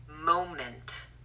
moment